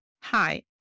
Hi